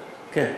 כן?